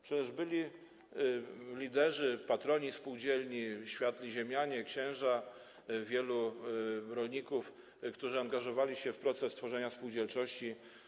Przecież byli liderzy, patroni spółdzielni, światli ziemianie, księża, wielu rolników, którzy angażowali się w proces tworzenia spółdzielczości.